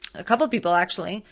a couple of people actually,